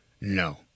No